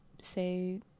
say